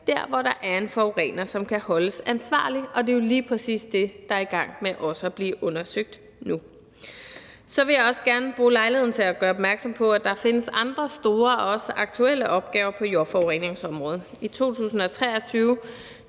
der, hvor der er en forurener, som kan holdes ansvarlig. Det er jo lige præcis det, der er i gang med også at blive undersøgt nu. Så vil jeg også gerne bruge lejligheden til at gøre opmærksom på, at der findes andre store og også aktuelle opgaver på jordforureningsområdet. I 2023